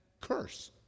curse